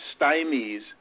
stymies